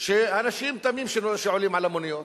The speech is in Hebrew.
אנשים תמים שעולים על המוניות,